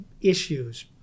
issues